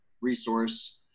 resource